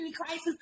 crisis